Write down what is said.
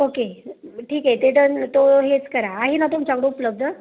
okay ठीक आहे ते डन तो हेच करा आहे ना तुमच्याकडं उपलब्ध